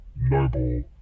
noble